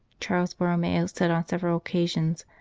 charles borromeo said on several occasions,